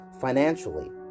financially